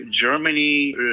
Germany